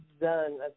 done